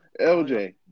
LJ